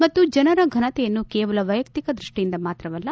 ಮತ್ತು ಜನರ ಫನತೆಯನ್ನು ಕೇವಲ ವ್ಲೆಯಕ್ತಿಕ ದೃಷ್ಟಿಯಿಂದ ಮಾತ್ರವಲ್ಲ